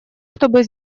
чтобы